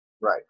Right